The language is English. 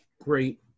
great